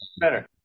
better